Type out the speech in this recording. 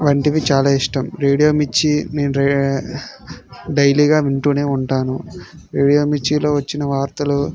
వంటివి చాలా ఇష్టం రేడియో మిర్చి నేను రే డైలీగా వింటూనే ఉంటాను రేడియో మిర్చిలో వచ్చిన వార్తలు